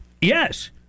Yes